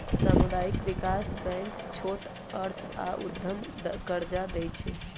सामुदायिक विकास बैंक छोट अर्थ आऽ उद्यम कर्जा दइ छइ